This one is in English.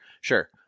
Sure